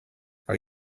are